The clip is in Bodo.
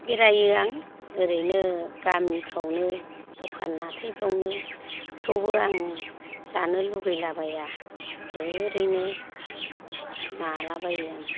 बेरायो आं ओरैनो गामिफ्रावनो दखान हाथाइफ्रावनो थेवबो आं जानो लुगैलाबाया ओरैनो माला बायो आं